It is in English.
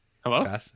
Hello